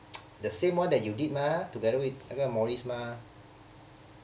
the same one that you did mah together with 那个 morris mah